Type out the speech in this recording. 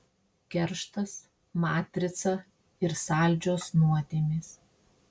kerštas matrica ir saldžios nuodėmės